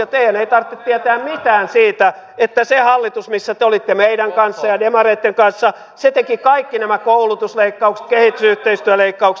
teidän ei tarvitse tietää mitään siitä että se hallitus missä te olitte meidän kanssamme ja demareitten kanssa teki kaikki nämä koulutusleikkaukset kehitysyhteistyöleikkaukset